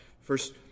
first